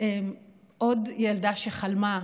עוד ילדה שחלמה,